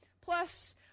Plus